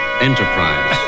Enterprise